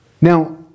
Now